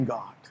God